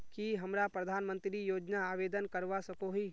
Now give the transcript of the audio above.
की हमरा प्रधानमंत्री योजना आवेदन करवा सकोही?